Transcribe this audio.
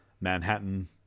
Manhattan